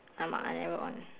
!alamak! I never on